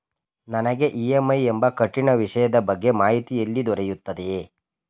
ನನಗೆ ಇ.ಎಂ.ಐ ಎಂಬ ಕಠಿಣ ವಿಷಯದ ಬಗ್ಗೆ ಮಾಹಿತಿ ಎಲ್ಲಿ ದೊರೆಯುತ್ತದೆಯೇ?